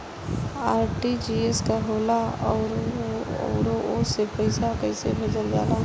RTGS का होला आउरओ से पईसा कइसे भेजल जला?